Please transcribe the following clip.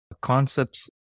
concepts